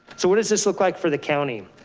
so what does this look like for the county?